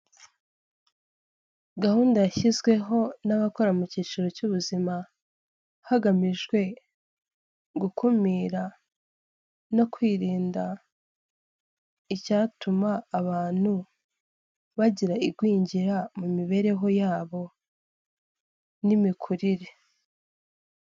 Gahunda yashyizweho n'abakora mu cyiciro cy'ubuzima, hagamijwe gukumira no kwirinda icyatuma abantu bagira igwingira mu mibereho yabo n'imikurire.